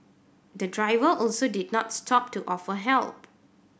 the driver also did not stop to offer help